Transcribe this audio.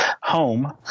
home